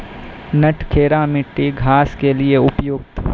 नटखेरा मिट्टी घास के लिए उपयुक्त?